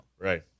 Right